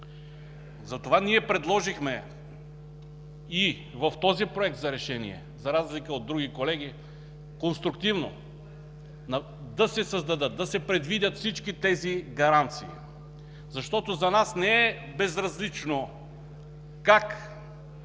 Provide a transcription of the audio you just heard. Затова предложихме и в този Проект за решение, за разлика от други колеги, конструктивно да се създадат, да се предвидят всички тези гаранции. Защото за нас не е безразлично как ще